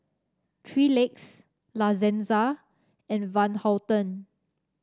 Three Legs La Senza and Van Houten